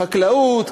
חקלאות,